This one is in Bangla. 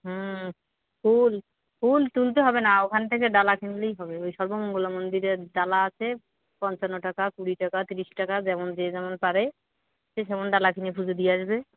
ফুল ফুল তুলতে হবে না ওখান থেকে ডালা কিনলেই হবে ওই সর্বমঙ্গলা মন্দিরে ডালা আছে পঞ্চান্ন টাকা কুড়ি টাকা তিরিশ টাকা যেমন যে যেমন পারে সে সেমন ডালা কিনে পুজো দিয়ে আসবে